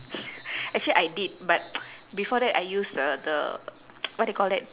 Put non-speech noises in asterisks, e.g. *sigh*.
actually I did but *noise* before that I use the the *noise* what do you call that